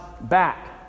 back